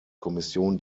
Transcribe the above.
kommission